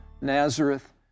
Nazareth